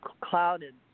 clouded